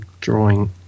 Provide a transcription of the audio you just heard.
drawing